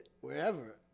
wherever